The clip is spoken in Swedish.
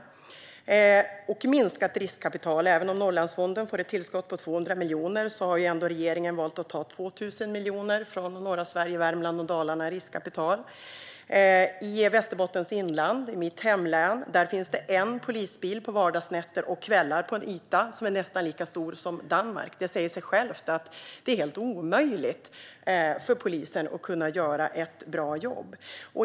Vad gäller minskat riskkapital vill jag säga att även om Norrlandsfonden får ett tillskott på 200 miljoner har regeringen valt att ta 2 000 miljoner i riskkapital från norra Sverige, Värmland och Dalarna. I Västerbottens inland, mitt hemlän, finns en polisbil på vardagsnätter och kvällar på en yta som är nästan lika stor som Danmark. Det säger sig självt att det är helt omöjligt för polisen att kunna göra ett bra jobb.